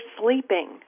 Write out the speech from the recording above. sleeping